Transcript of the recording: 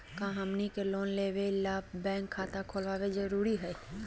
का हमनी के लोन लेबे ला बैंक खाता खोलबे जरुरी हई?